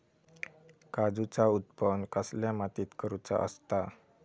काजूचा उत्त्पन कसल्या मातीत करुचा असता?